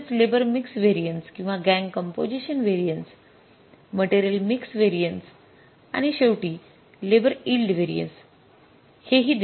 तसेच labour mix variance किंवा gang composition variance material mix variance आणि शेवटी लेबर यील्ड व्हेरिएन्स हे हि देण्यात आले आहे